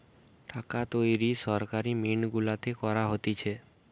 টাকা তৈরী সরকারি মিন্ট গুলাতে করা হতিছে